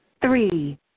Three